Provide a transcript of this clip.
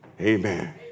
Amen